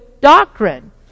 doctrine